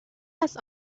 است